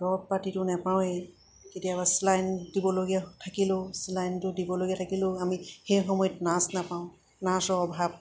দৰব পাতিটো নাপাওঁৱেই কেতিয়াবা চিলাইন দিবলগীয়া থাকিলেও চেলাইটো দিবলগীয়া থাকিলেও আমি সেই সময়ত নাৰ্ছ নাপাওঁ নাৰ্ছৰ অভাৱ